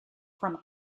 from